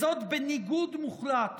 זאת, בניגוד מוחלט